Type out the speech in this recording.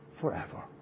forever